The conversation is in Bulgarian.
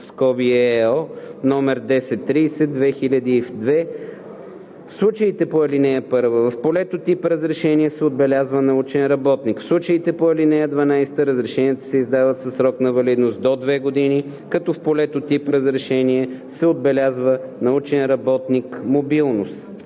(ЕО) № 1030/2002“. В случаите по ал. 1 в полето „тип разрешение“ се отбелязва „научен работник“. В случаите по ал. 12 разрешенията се издават със срок на валидност до две години, като в полето „тип разрешение“ се отбелязва „научен работник – мобилност“.“